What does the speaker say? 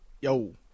Yo